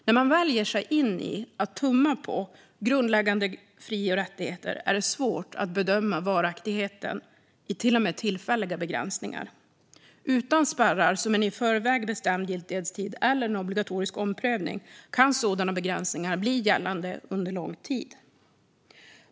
När man väl ger sig in i att tumma på grundläggande fri och rättigheter är det svårt att bedöma varaktigheten i till och med tillfälliga begränsningar. Utan spärrar som en i förväg bestämd giltighetstid eller en obligatorisk omprövning kan sådana begränsningar bli gällande under lång tid.